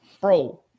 bro